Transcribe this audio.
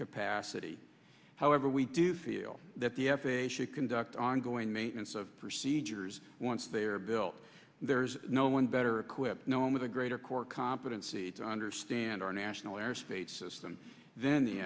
capacity however we do feel that the f a a should conduct ongoing maintenance of procedures once they're built there's no one better equipped no one with a greater core competency to understand our national airspace system then the